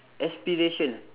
aspiration